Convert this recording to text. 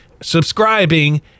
subscribing